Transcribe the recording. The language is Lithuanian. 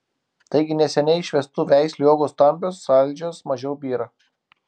taigi neseniai išvestų veislių uogos stambios saldžios mažiau byra